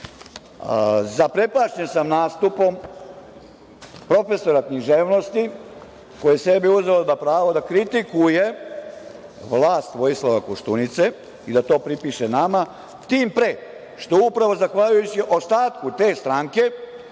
zameniti. Zaprepašćen sam nastupom profesora književnosti koji je sebi uzeo za pravo da kritikuje vlast Vojislava Koštunice i da to pripiše nama, tim pre što upravo zahvaljujući ostatku te stranke